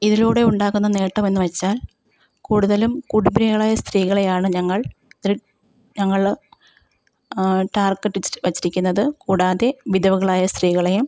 ഇതിലൂടെ ഉണ്ടാകുന്ന നേട്ടം എന്നു വെച്ചാൽ കൂടുതലും കുടുംബിനികളായ സ്ത്രീകളെയാണ് ഞങ്ങൾ ഇതിൽ ഞങ്ങൾ ടാർഗറ്റിട്ട് വെച്ചിരിക്കുന്നത് കൂടാതെ വിധവകളായ സ്ത്രീകളെയും